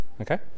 okay